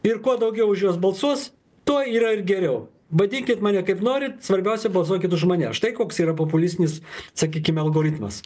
ir kuo daugiau už juos balsuos tuo yra ir geriau vadinkit mane kaip norit svarbiausia balsuokit už mane štai koks yra populistinis sakykime algoritmas